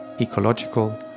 ecological